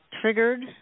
triggered